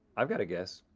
i've got a guess.